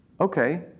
Okay